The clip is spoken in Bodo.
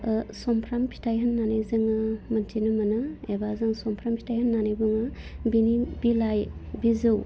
ओह सुमफ्राम फिथाइ होन्नानै जोङो मोन्थिनो मोनो एबा जों सुमफ्राम फिथाइ होन्नानै बुङो बिनि बिलाइ बिजौ